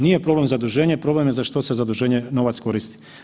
Nije problem zaduženje, problem je za što se zaduženje, novac koristi.